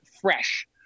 fresh